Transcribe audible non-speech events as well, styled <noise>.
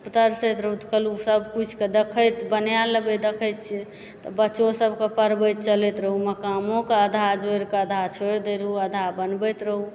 <unintelligible> सब किछु कऽ देखैत बना लेबै देखै छिऐ बच्चो सब कऽ पढ़बैत चलैत रहौ मकानो कऽ आधा जोड़ि कऽ आधा छोड़ि देबै आधा बनबैत रहौ